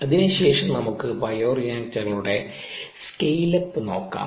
അതിനു ശേഷം നമുക്ക് ബയോറിയാക്ടറുകളുടെ സ്കെയിൽ അപ്പ് നോക്കാം